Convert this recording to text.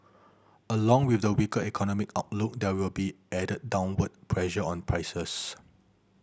along with the weaker economic outlook there will be added downward pressure on prices